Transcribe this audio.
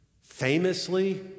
Famously